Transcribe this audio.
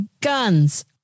guns